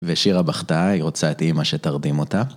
ושירה בכתה היא רוצה את אמא שתרדים אותה